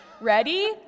Ready